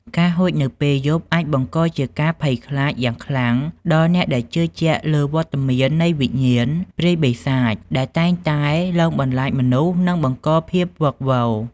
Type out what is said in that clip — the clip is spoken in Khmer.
ការហួចនៅពេលយប់ អាចបង្កជាការភ័យខ្លាចយ៉ាងខ្លាំងដល់អ្នកដែលជឿជាក់លើវត្តមាននៃវិញ្ញាណព្រាយបិសាចដែលតែងតែលងបន្លាចមនុស្ស និងបង្កភាពវឹកវរ។